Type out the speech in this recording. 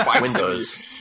Windows